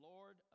Lord